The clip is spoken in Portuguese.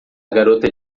garota